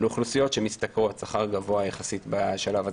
לאוכלוסיות שמשתכרות שכר גבוה יחסית בשלב הזה